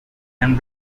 and